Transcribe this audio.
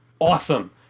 awesome